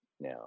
Now